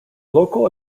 local